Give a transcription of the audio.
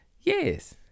Yes